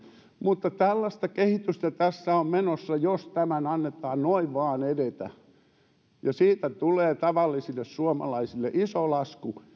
mutta tällaista kehitystä tässä on menossa jos tämän annetaan noin vain edetä siitä tulee tavallisille suomalaisille iso lasku